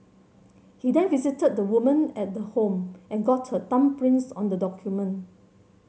he then visited the woman at the home and got her thumbprints on the document